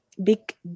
big